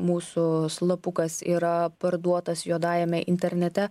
mūsų slapukas yra parduotas juodajame internete